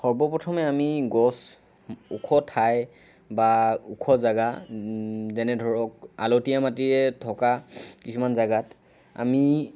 সৰ্বপ্ৰথমে আমি গছ ওখ ঠাই বা ওখ জেগা যেনে ধৰক আলতীয়া মাটিৰে থকা কিছুমান জেগাত আমি